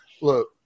Look